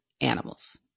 animals